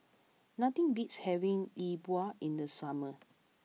nothing beats having E Bua in the summer